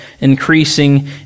increasing